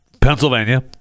Pennsylvania